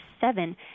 seven